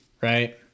right